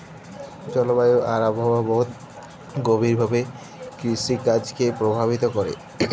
জলবায়ু আর আবহাওয়া বহুত গভীর ভাবে কিরসিকাজকে পরভাবিত ক্যরে